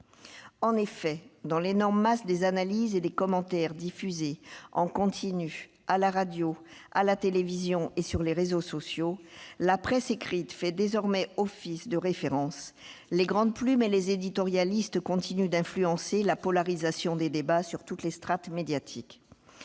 En effet, dans l'énorme masse des analyses et commentaires diffusés en continu à la radio, à la télévision et sur les réseaux sociaux, la presse écrite fait désormais office de référence. Les grandes plumes et les éditorialistes continuent d'influencer la polarisation des débats dans toutes les strates médiatiques.